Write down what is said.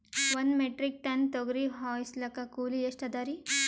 ಒಂದ್ metric ton ತೊಗರಿ ಹೋಯಿಲಿಕ್ಕ ಕೂಲಿ ಎಷ್ಟ ಅದರೀ?